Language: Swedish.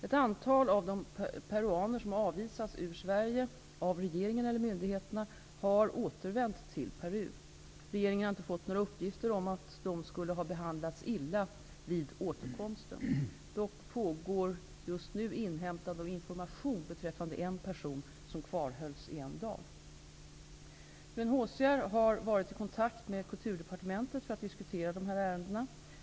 Ett antal av de peruaner som avvisats ur Sverige -- av regeringen eller myndigheterna -- har återvänt till Peru. Regeringen har inte fått några uppgifter om att de skulle ha behandlats illa vid återkomsten. Dock pågår just nu inhämtande av information beträffande en person som kvarhölls en dag. UNHCR har varit i kontakt med Kulturdepartementet för att diskutera de här ärendena.